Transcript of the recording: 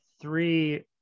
three